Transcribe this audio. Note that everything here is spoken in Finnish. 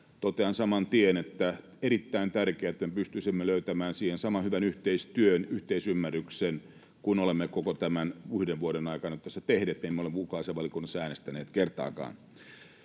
Totean saman tien, että on erittäin tärkeää, että me pystyisimme löytämään siihen saman hyvän yhteisymmärryksen, yhteistyön, mitä olemme koko tämän yhden vuoden ajan tässä tehneet — emme ole ulkoasiainvaliokunnassa äänestäneet kertaakaan.